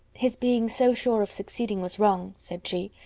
his being so sure of succeeding was wrong, said she,